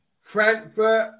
Frankfurt